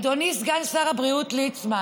אדוני סגן שר הבריאות ליצמן,